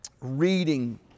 reading